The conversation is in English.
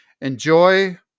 enjoy